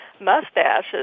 mustaches